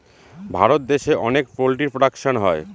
ভারত দেশে অনেক poultry production হয়